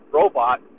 robot